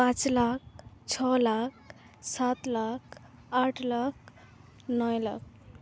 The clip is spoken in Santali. ᱯᱟᱸᱪ ᱞᱟᱠᱷ ᱪᱷᱚ ᱞᱟᱠᱷ ᱥᱟᱛ ᱞᱟᱠᱷ ᱟᱴ ᱞᱟᱠᱷ ᱱᱚᱭ ᱞᱟᱠᱷ